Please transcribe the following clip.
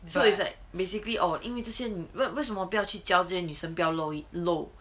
so it's like basically orh 因为这些女为什么不要去叫这些女生不要露露